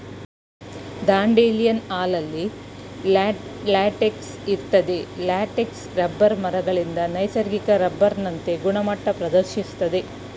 dandelion ಹಾಲಲ್ಲಿ latex ಇರ್ತದೆ latex rubber ಮರಗಳಿಂದ ನೈಸರ್ಗಿಕ ರಬ್ಬರ್ನಂತೆ ಗುಣಮಟ್ಟ ಪ್ರದರ್ಶಿಸ್ತದೆ